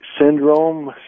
syndrome